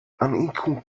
unequal